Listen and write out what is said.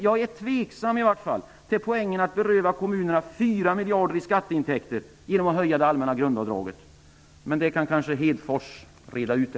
Jag är tveksam till poängen med att beröva kommunerna 4 miljarder i skatteintänkter genom att höja det allmänna grundavdraget. Det kanske Lars Hedfors kan reda ut.